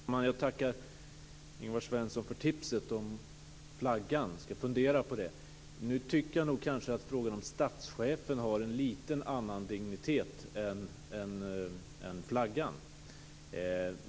Fru talman! Jag tackar Ingvar Svensson för tipset om flaggan. Jag ska fundera på det. Jag tycker nog att frågan om statschefen har en lite annan dignitet än det som gäller flaggan.